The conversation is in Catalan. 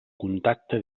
contacte